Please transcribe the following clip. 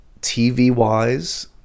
TV-wise